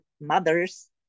mothers